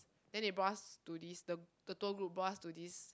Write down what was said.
then they brought us to this the the tour group brought us to this